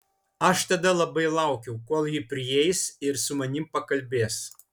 aš tada labai laukiau kol ji prieis ir su manimi pakalbės